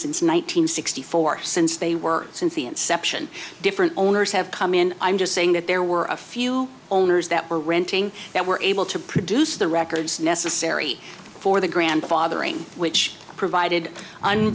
hundred sixty four since they were since the inception different owners have come in i'm just saying that there were a few owners that were renting that were able to produce the records necessary for the grandfathering which provided